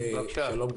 שלום,